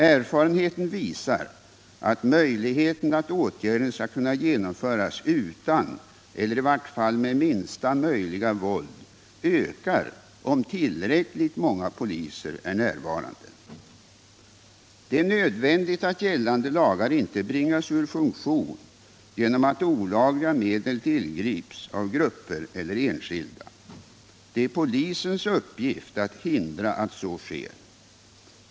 Erfarenheten visar att möjligheten att åtgärden skall kunna genomföras utan eller i varje fall med minsta möjliga våld ökar om tillräckligt många poliser är närvarande. Det är nödvändigt att gällande lagar inte bringas ur funktion genom att olagliga medel tillgrips av grupper eller enskilda. Det är polisens uppgift att hindra att så sker.